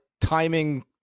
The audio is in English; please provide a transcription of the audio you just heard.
timing